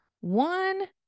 one